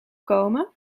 komen